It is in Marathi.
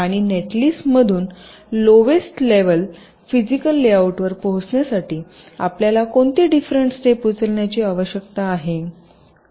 आणि नेट लिस्ट मधून लोवेस्ट लेव्हल फिजीकल लेआउटवर पोहोचण्यासाठी आपल्याला कोणती डिफरेंट स्टेप उचलण्याची आवश्यकता आहे